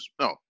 no